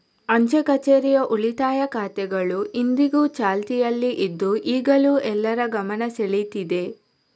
ಅಂಚೆ ಕಛೇರಿಯ ಉಳಿತಾಯ ಖಾತೆಗಳು ಇಂದಿಗೂ ಚಾಲ್ತಿಯಲ್ಲಿ ಇದ್ದು ಈಗಲೂ ಎಲ್ಲರ ಗಮನ ಸೆಳೀತಿದೆ